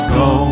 go